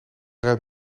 rijdt